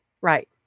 right